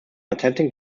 attempting